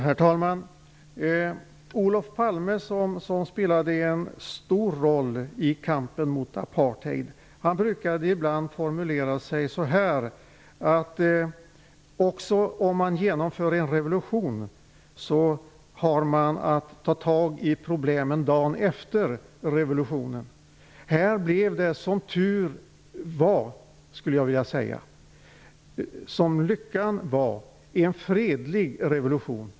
Herr talman! Olof Palme som spelade en stor roll i kampen mot apartheid brukade ibland formulera sig så här: Också om man genomför en revolution så har man att ta tag i problemen dagen efter revolutionen. Här blev det som tur var en fredlig revolution.